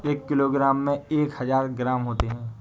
एक किलोग्राम में एक हजार ग्राम होते हैं